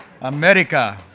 America